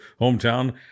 hometown